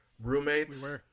roommates